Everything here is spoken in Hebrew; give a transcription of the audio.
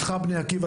מתחם בני עקיבא,